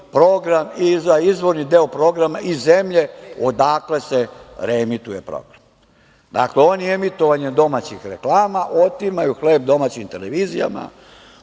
je za izvorni deo programa iz zemlje odakle se reemituje program. Dakle, oni emitovanjem domaćih reklama, otimaju hleb domaćim televizijama,